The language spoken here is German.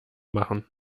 machen